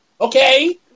okay